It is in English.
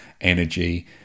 energy